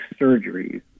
surgeries